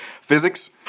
Physics